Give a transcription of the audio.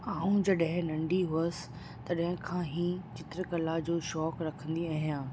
आउं जॾहिं नंढी हुअसि तॾहिं खां ई चित्रकला जो शौक़ु रखंदी आहियां